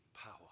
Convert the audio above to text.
power